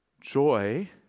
joy